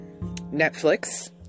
Netflix